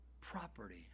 property